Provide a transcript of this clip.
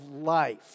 life